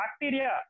bacteria